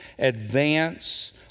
Advance